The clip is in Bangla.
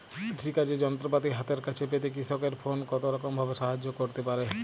কৃষিকাজের যন্ত্রপাতি হাতের কাছে পেতে কৃষকের ফোন কত রকম ভাবে সাহায্য করতে পারে?